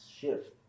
shift